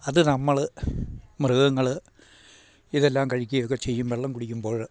അതു നമ്മൾ മൃഗങ്ങൾ ഇതെല്ലാം കഴിക്കുകയൊക്കെ ചെയ്യും വെള്ളം കുടിക്കുമ്പോൾ